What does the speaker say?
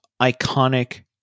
iconic